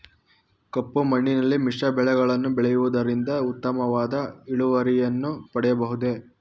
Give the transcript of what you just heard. ಕಪ್ಪು ಮಣ್ಣಿನಲ್ಲಿ ಮಿಶ್ರ ಬೆಳೆಗಳನ್ನು ಬೆಳೆಯುವುದರಿಂದ ಉತ್ತಮವಾದ ಇಳುವರಿಯನ್ನು ಪಡೆಯಬಹುದೇ?